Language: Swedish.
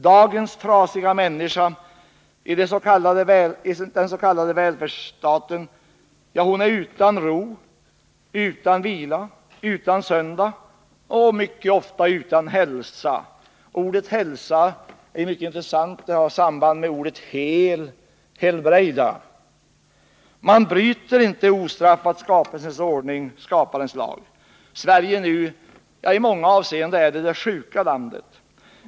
Dagens trasiga människa i den s.k. välfärdsstaten är utan ro, utan vila, utan söndag och mycket ofta utan hälsa. Ordet hälsa är mycket intressant — det har samband med ordet hel, helbrägda. Man bryter inte ostraffat skapelsens ordning, Skaparens lag. Sverige är nu i många avseenden det sjuka landet.